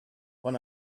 one